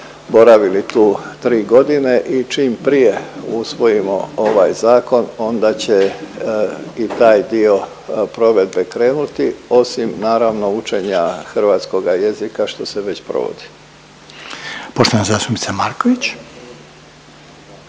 boravili tu tri godine i čim prije usvojimo ovaj zakon onda će i taj dio provedbe krenuti osim naravno učenja hrvatskoga jezika što se već provodi. **Reiner, Željko